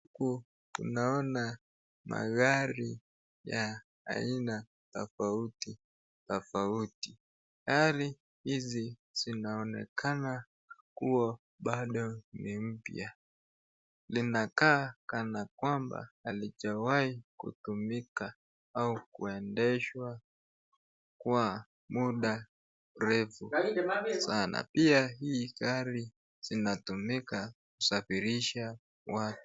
Huku tunaona magari ya aina tofauti tofauti. Gari hizi zinaonekana kuwa bado ni mpya. Linakaa kana kwamba halijawai kutumika au kuendeshwa kwa muda refu sana. Pia hii gari zinatumika kusafirisha watu.